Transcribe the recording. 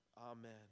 Amen